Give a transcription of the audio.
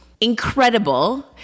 Incredible